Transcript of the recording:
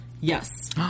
Yes